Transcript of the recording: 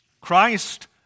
Christ